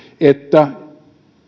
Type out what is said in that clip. että